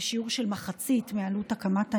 בשיעור של מחצית מעלות הקמת העמדות.